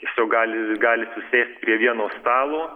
tiesiog gali gali susėst prie vieno stalo